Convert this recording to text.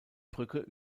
brücke